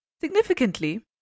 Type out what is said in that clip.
Significantly